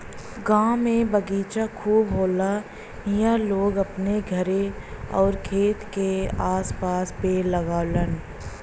गांव में बगीचा खूब होला इहां लोग अपने घरे आउर खेत के आस पास पेड़ लगावलन